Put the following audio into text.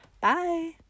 Bye